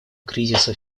кризиса